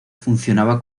funcionaba